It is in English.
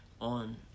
on